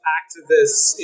activists